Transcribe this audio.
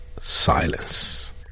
Silence